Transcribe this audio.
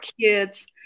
kids